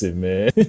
man